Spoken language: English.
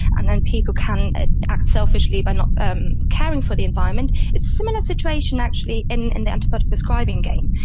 and then people can act selfishly by not um caring for the environment. it's a similar situation actually in and the antibiotic prescribing game.